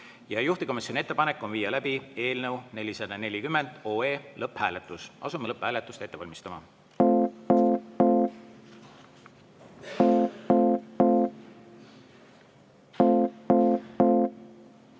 Juhtivkomisjoni ettepanek on viia läbi eelnõu 440 lõpphääletus. Asume lõpphääletust ette valmistama.